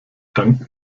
dank